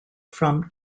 from